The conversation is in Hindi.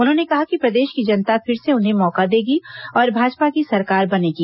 उन्होंने कहा कि प्रदेश की जनता फिर से उन्हें मौका देगी और भाजपा की सरकार बनेगी